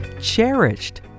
cherished